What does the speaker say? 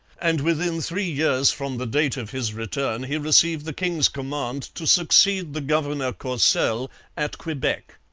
and within three years from the date of his return he received the king's command to succeed the governor courcelles at quebec.